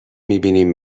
میبینیم